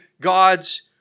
God's